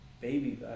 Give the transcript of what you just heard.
baby